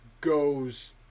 goes